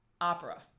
opera